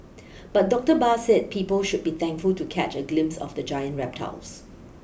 but Doctor Barr said people should be thankful to catch a glimpse of the giant reptiles